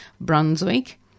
Brunswick